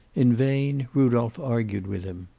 in vain rudolph argued with him.